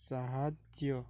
ସାହାଯ୍ୟ